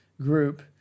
group